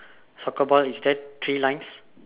soccer ball is there three lines